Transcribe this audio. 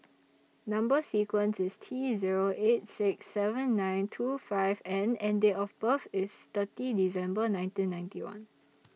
Number sequence IS T Zero eight six seven nine two five N and Date of birth IS thirty December nineteen ninety one